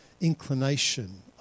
inclination